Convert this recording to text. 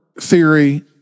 theory